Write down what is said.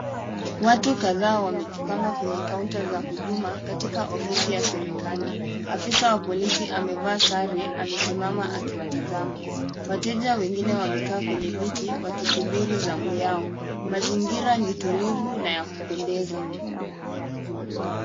Wagu kadhaa wamejipanga kwenye kaunta za huduma katika ofisi ya serikali. Afisa wa polisi amevaa sare amesimama akiwatazama. Wateja wengine wamekaa kwenye viti wakisubiri zamu yao. Mazingira ni tulivu na ya kupendeza.